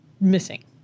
missing